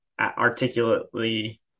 articulately